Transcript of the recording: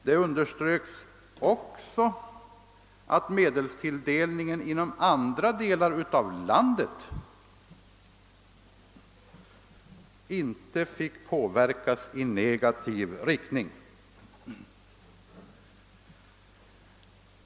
Det underströks också att medelstilldelningen inom andra delar av landet inte fick påverkas i negativ riktning.